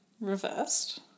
Reversed